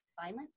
silence